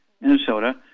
Minnesota